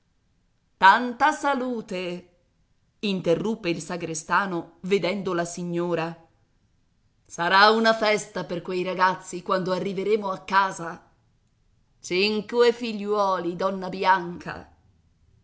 tanta salute interruppe il sagrestano vedendo la signora sarà una festa per quei ragazzi quando arriveremo a casa cinque figliuoli donna bianca